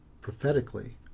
prophetically